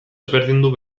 ezberdindu